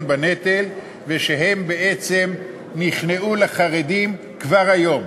בנטל ושהם בעצם נכנעו לחרדים כבר היום.